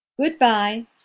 Goodbye